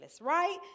right